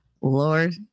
Lord